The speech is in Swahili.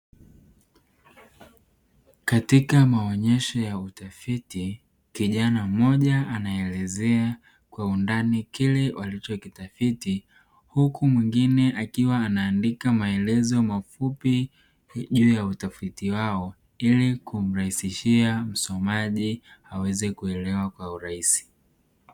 Katika maonyesho ya utafiti, kijana mmoja anaelezea kwa undani kile walichokitafiti, huku mwingine akiwa anaandika maelezo mafupi juu ya utafiti wao, ili kumrahisishia msomaji aweze kuelewa kwa urahisi.